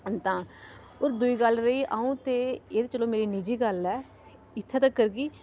हून तां दुई गल्ल रेही अ'ऊं ते एह् ते चलो मेरी निजी गल्ल ऐ इत्थें तगर कि